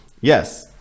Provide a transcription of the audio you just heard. Yes